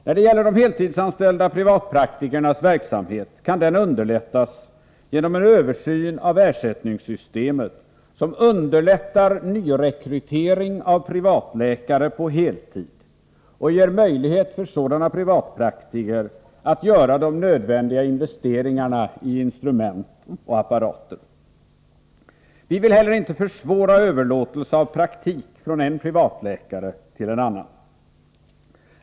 När det gäller de heltidsanställda privatpraktikernas verksamhet kan den underlättas genom en översyn av ersättningssystemet som underlättar nyrekrytering av privatläkare på heltid och ger möjlighet för sådana privatpraktiker att göra de nödvändiga investeringarna i instrument och apparater. Vi vill heller inte försvåra överlåtelse av praktik från en privatläkare till en annan.